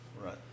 Right